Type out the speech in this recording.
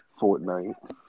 Fortnite